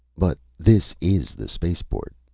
but this is the spaceport.